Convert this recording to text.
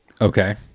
Okay